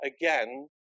again